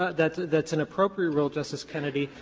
ah that's that's an appropriate rule, justice kennedy,